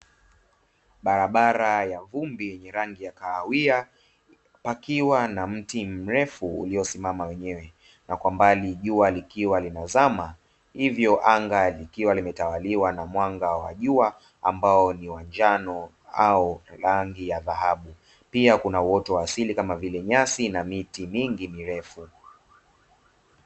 Barabara ya vumbi yenye rangi ya kahawia, pakiwa na mti mrefu uliyosimama wenyewe, na kwa mbali jua likiwa linazama hivyo anga likiwa limetawaliwa na mwanga wa jua ambao ni wa njano au rangi ya dhahabu. Pia kuna uoto wa asili kama vile nyasi na miti mingi mirefu.